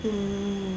mm